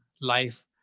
life